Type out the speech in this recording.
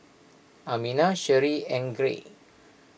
Amina Sherri and Greg